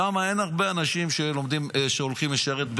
שם אין הרבה אנשים שהולכים לשרת,